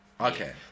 Okay